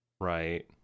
Right